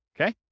Okay